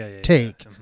take